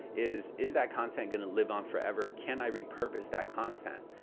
is is that content gonna live on forever? can i repurpose that content?